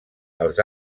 els